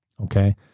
Okay